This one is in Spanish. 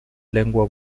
lengua